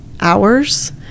hours